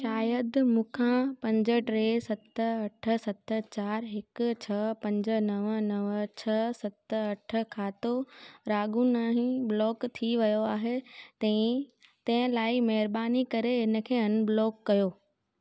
शायदि मूंखां पंज टे सत अठ सत चारि हिक छह पंज नव नव छह सत अठ खातो रागुनाही ब्लॉक थी वयो आहे तहिंते लाइ महिरबानी करे इनखे अनब्लॉक कयो